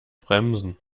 bremsen